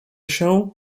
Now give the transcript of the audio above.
się